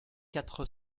quatre